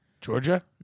Georgia